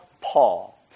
Paul